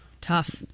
tough